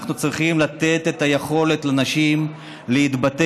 אנחנו צריכים לתת את היכולת לנשים להתבטא,